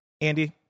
Andy